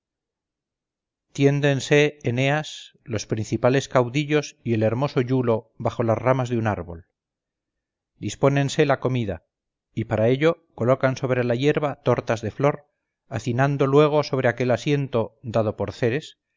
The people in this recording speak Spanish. tiéndense eneas los principales caudillos y el hermoso iulo bajo las ramas de un árbol dispónense la comida y para ello colocan sobre la hierba tortas de flor hacinando luego sobre aquel asiento dado por ceres